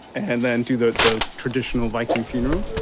and then do the the traditional viking funeral.